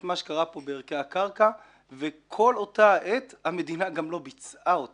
מה שקרה פה בערכי הקרקע וכל אותה עת המדינה גם לא ביצעה אותה.